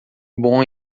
bom